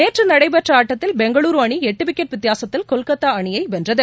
நேற்று நடைபெற்ற ஆட்டத்தில் பெங்களூரு அணி எட்டு விக்கெட் வித்தியாகத்தில் கொல்கத்தா அணியை வென்றது